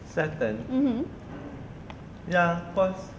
saturn ya of course